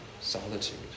solitude